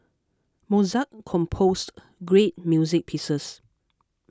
Mozart composed great music pieces